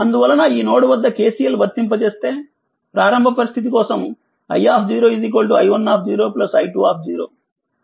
అందువలనఈ node వద్ద KCL వర్తింపజేస్తే ప్రారంభ పరిస్థితి కోసంi i1 i2